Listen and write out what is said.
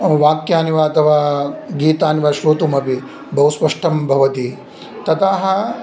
वाक्यानि वा अथवा गीतानि वा श्रोतुमपि बहु स्पष्टं भवति ततः